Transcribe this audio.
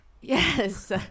Yes